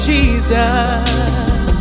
Jesus